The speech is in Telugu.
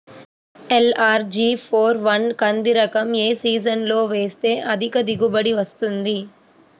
ఎల్.అర్.జి ఫోర్ వన్ కంది రకం ఏ సీజన్లో వేస్తె అధిక దిగుబడి వస్తుంది?